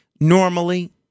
normally